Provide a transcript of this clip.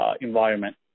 environment